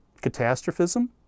Catastrophism